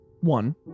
One